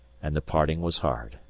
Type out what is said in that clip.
and the parting was hard.